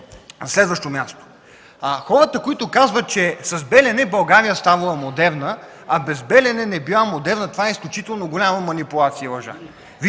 следващо място – хората, които казват, че с „Белене” България ставала модерна, а без „Белене” не била модерна, това е изключително голяма манипулация,